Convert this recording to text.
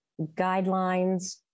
guidelines